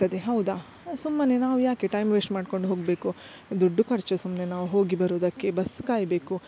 ಸಿಗ್ತದೆ ಹೌದಾ ಸುಮ್ಮನೆ ನಾವು ಯಾಕೆ ಟೈಮ್ ವೇಸ್ಟ್ ಮಾಡ್ಕೊಂಡು ಹೋಗಬೇಕು ದುಡ್ಡು ಖರ್ಚು ಸುಮ್ಮನೆ ನಾವು ಹೋಗಿ ಬರುವುದಕ್ಕೆ ಬಸ್ ಕಾಯಬೇಕು